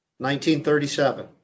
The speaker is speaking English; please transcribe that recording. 1937